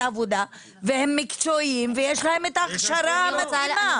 העבודה והם מקצועיים ויש להם ההכשרה המתאימה.